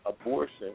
abortion